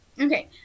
Okay